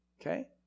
Okay